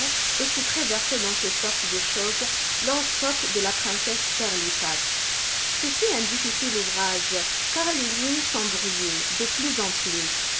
aussi très versé dans ces sortes de choses l'horoscope de la princesse pirlipat ce fut un difficile ouvrage car les lignes s'embrouillaient de plus en plus